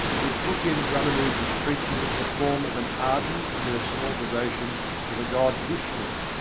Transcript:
it took in ramanuja's preaching the form of an ardent personal devotion to the god vishnu,